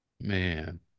man